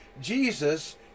Jesus